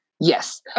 Yes